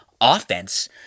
offense